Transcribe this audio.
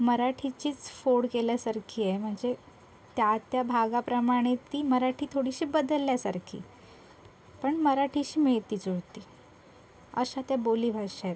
मराठीचीचं फोड केल्यासारखी आहे म्हणजे त्या त्या भागाप्रमाणे ती मराठी थोडीशी बदलल्या सारखी पण मराठीशी मिळती जुळती अशा त्या बोलीभाषा आहेत